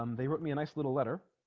um they wrote me a nice little letter